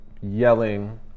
yelling